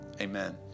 amen